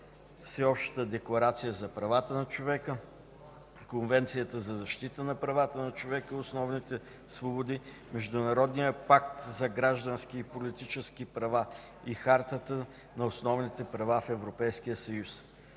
(Всеобщата декларация за правата на човека, Конвенцията за защита на правата на човека и основните свободи, Международния пакт за граждански и политически права и Хартата на основните права в Европейския съюз).